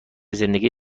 زندگی